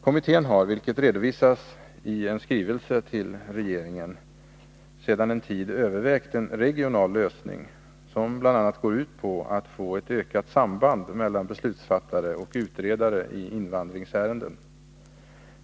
Kommittén har, vilket redovisas i en skrivelse till regeringen, sedan en tid övervägt en regional lösning, som bl.a. går ut på att få ett ökat samband mellan beslutsfattare och utredare i invandringsärenden.